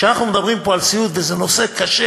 כשאנחנו מדברים פה על סיעוד, וזה נושא קשה